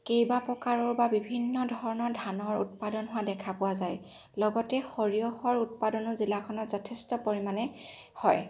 কেইবাপ্ৰকাৰৰ বা বিভিন্নধৰণৰ ধানৰ উৎপাদন হোৱা দেখা পোৱা যায় লগতে সৰিয়হৰ উৎপাদনো জিলাখনত যথেষ্ট পৰিমাণে হয়